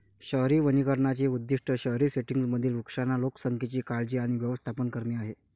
शहरी वनीकरणाचे उद्दीष्ट शहरी सेटिंग्जमधील वृक्षांच्या लोकसंख्येची काळजी आणि व्यवस्थापन करणे आहे